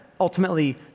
ultimately